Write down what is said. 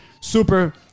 Super